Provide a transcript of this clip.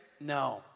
No